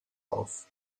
auf